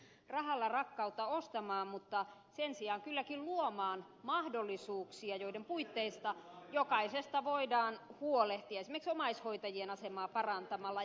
eihän valtiovalta pysty rahalla rakkautta ostamaan mutta sen sijaan kylläkin luomaan mahdollisuuksia joiden puitteissa jokaisesta voidaan huolehtia esimerkiksi omaishoitajien asemaa parantamalla